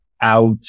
out